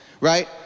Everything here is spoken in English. right